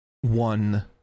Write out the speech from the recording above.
one